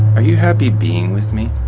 are you happy being with me?